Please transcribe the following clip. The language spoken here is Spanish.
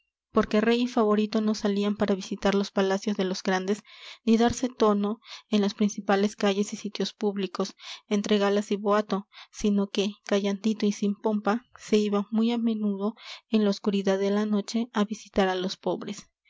porque rey y favorito no salían para visitar los palacios de los grandes ni darse tono en las principales calles y sitios públicos entre galas y boato sino que callandito y sin pompa se iban muy a menudo en la oscuridad de la noche a visitar a los pobres